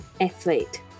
athlete